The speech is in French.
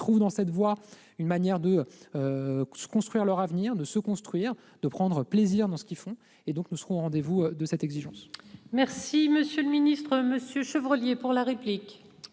trouvent dans cette voie une manière de construire leur avenir, de se construire et de prendre du plaisir dans ce qu'ils font. Nous serons au rendez-vous de cette exigence. La parole est à M. Guillaume Chevrollier, pour la réplique.